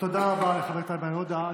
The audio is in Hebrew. תודה רבה לחבר הכנסת איימן עודה.